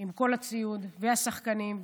עם כל הציוד והשחקנים,